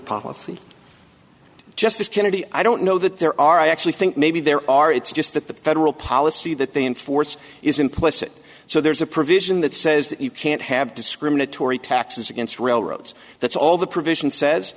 policy justice kennedy i don't know that there are i actually think maybe there are it's just that the federal policy that they enforce is implicit so there's a provision that says that you can't have discriminatory taxes against railroads that's all the provision says